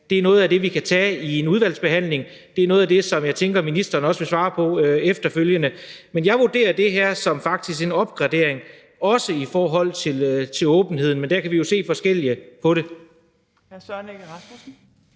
det er noget af det, vi kan tage i en udvalgsbehandling. Det er noget af det, som jeg tænker at ministeren også vil svare på efterfølgende. Men jeg vurderer faktisk det her som en opgradering, også i forhold til åbenheden, men der kan vi jo se forskelligt på det.